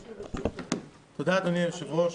תודה, אדוני היושב-ראש.